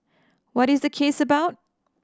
what is the case about